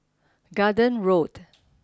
Garden Road